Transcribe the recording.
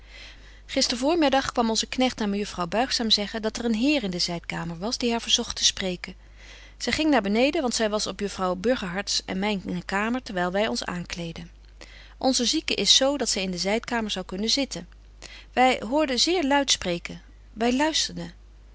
gisteren voormiddag kwam onze knegt aan mejuffrouw buigzaam zeggen dat er een heer in de zydkamer was die haar verzogt te spreken zy ging naar beneden want zy was op juffrouw burgerharts en myne kamer terwyl wy ons aankleedden onze zieke is zo dat zy in de zydkamer zou kunnen zitten wy hoorden zeer luit spreken